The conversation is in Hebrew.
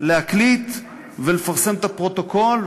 להקליט ולפרסם את הפרוטוקול,